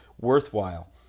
worthwhile